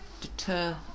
deter